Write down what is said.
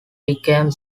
became